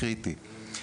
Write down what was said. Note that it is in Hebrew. קריטי.